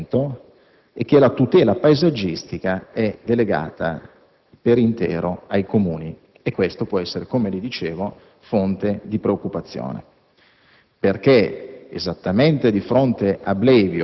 che la Regione non ha alcun potere di intervento e che la tutela paesaggistica è delegata per intero ai Comuni e questo può essere, come le dicevo, fonte di preoccupazione